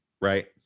Right